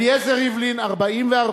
אליעזר ריבלין, 44,